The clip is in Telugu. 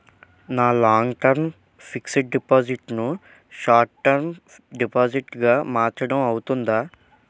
నా లాంగ్ టర్మ్ ఫిక్సడ్ డిపాజిట్ ను షార్ట్ టర్మ్ డిపాజిట్ గా మార్చటం అవ్తుందా?